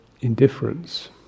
indifference